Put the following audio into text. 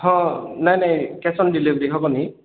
ହଁ ନାଇଁ ନାଇଁ କ୍ୟାସ୍ ଅନ୍ ଡେଲିଭରି ହେବନି